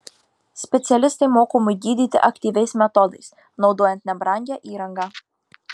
specialistai mokomi gydyti aktyviais metodais naudojant nebrangią įrangą